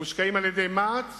מושקעים על-ידי מע"צ